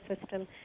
system